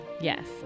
Yes